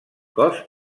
cos